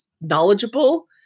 knowledgeable